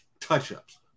touch-ups